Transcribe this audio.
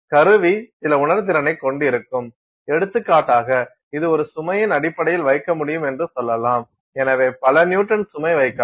கருவி சில உணர்திறனைக் கொண்டிருக்கும் எடுத்துக்காட்டாக இது ஒரு சுமையின் அடிப்படையில் வைக்க முடியும் என்று சொல்லலாம் எனவே பல நியூட்டன் சுமை வைக்கலாம்